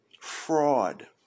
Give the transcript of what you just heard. Fraud